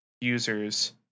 users